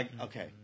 Okay